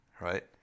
right